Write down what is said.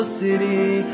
city